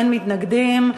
אין מתנגדים.